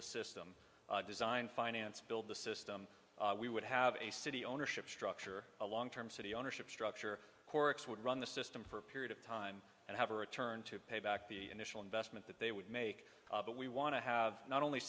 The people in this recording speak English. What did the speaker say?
the system design finance build the system we would have a city ownership structure a long term city ownership structure horrocks would run the system for a period of time and have a return to pay back the initial investment that they would make but we want to have not only